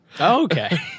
okay